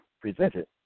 presented